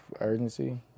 urgency